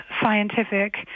scientific